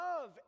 love